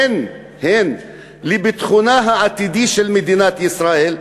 הן לביטחונה העתידי של מדינת ישראל,